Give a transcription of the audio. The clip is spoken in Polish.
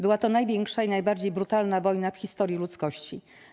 Była to największa i najbardziej brutalna wojna w historii ludzkości.